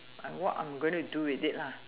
and what I'm going to do with it lah